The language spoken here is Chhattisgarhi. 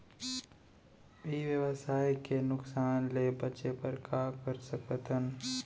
ई व्यवसाय के नुक़सान ले बचे बर का कर सकथन?